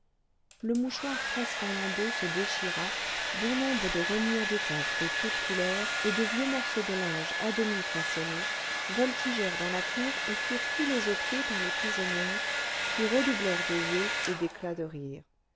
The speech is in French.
le mouchoir presque en lambeaux se déchira bon nombre de rognures d'étoffes de toutes couleurs et de vieux morceaux de linge à demi façonnés voltigèrent dans la cour et furent foulés aux pieds par les prisonnières qui redoublèrent de huées et d'éclats de rire